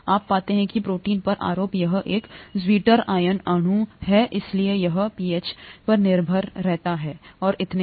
आप पता है कि प्रोटीन पर आरोप यह एक zwitter आयनिक अणु है इसलिए यह पीएच है निर्भर और इतने पर